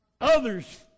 Others